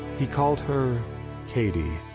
he called her katie.